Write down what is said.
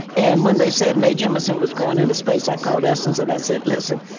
and when they said mae jemison was going into space, i called essence, and i said, listen,